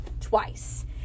twice